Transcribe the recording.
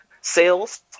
sales